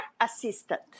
assistant